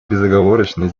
безоговорочно